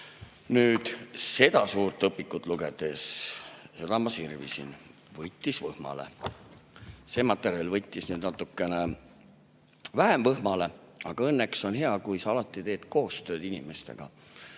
Nüüd, seda suurt õpikut lugedes – ma sirvisin, võttis võhmale. See materjal võttis nüüd natukene vähem võhmale. Aga õnneks on hea, kui sa alati teed koostööd inimestega.